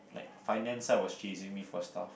like finance side was chasing me for stuff